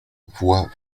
vois